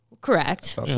Correct